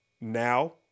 now